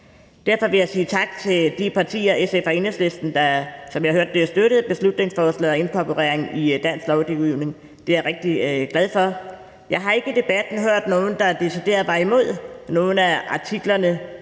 Derfor vil jeg sige tak til de partier, altså SF og Enhedslisten, som jeg hører har støttet beslutningsforslaget om inkorporering i dansk lovgivning. Det er jeg rigtig glad for. Jeg har ikke i debatten hørt nogen, der decideret var imod nogen af artiklerne